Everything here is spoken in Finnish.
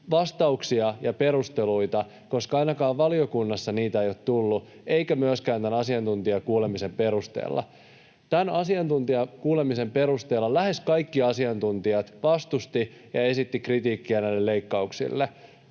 vastauksia ja perusteluita, koska ainakaan valiokunnassa niitä ei ole tullut eikä myöskään tämän asiantuntijakuulemisen perusteella. Tämän asiantuntijakuulemisen perusteella lähes kaikki asiantuntijat vastustivat ja esittivät kritiikkiä näille leikkauksille.